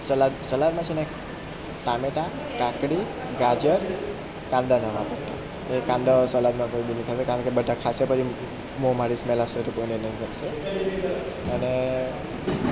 salad સલાડમાં છે ને ટામેટા કાકડી ગાજર કાંદા ના વાપરતા વળી કાંદા સલાડમાં પછી બધા ખાસ તો મોં માંથી સ્મેલ આવશે તો કોઈ ને નહીં ગમશે અને